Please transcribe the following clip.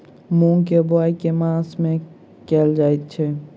मूँग केँ बोवाई केँ मास मे कैल जाएँ छैय?